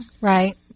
Right